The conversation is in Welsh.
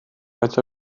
faint